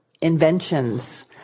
inventions